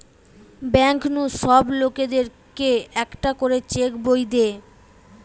bank নু সব লোকদের কে একটা করে চেক বই দে